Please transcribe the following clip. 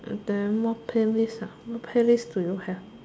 then what playlist ah what playlist do you have